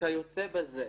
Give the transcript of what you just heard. וכיוצא בזה.